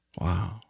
Wow